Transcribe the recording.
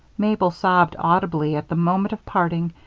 mabel sobbed audibly at the moment of parting,